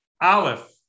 Aleph